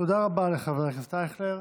תודה רבה לחבר הכנסת אייכלר.